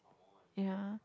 yeah